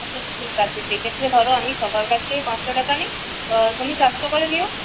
আচ্ছা ঠিক আছে সেক্ষেত্রে ধরো আমি সবার কাছ থেকে পাঁচশো টাকা নিই তুমি চারশো করে দিও